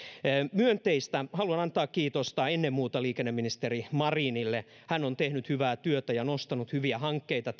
myönteistä haluan antaa kiitosta ennen muuta liikenneministeri marinille hän on tehnyt hyvää työtä ja nostanut tähän hyviä hankkeita